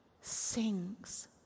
sings